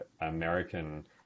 American